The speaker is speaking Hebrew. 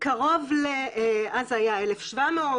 אז היה 1,700,